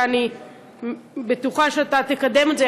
ואני בטוחה שאתה תקדם את זה,